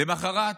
למוחרת